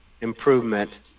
improvement